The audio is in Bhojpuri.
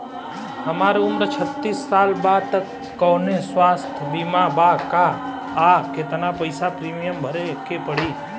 हमार उम्र छत्तिस साल बा त कौनों स्वास्थ्य बीमा बा का आ केतना पईसा प्रीमियम भरे के पड़ी?